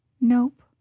Nope